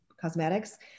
cosmetics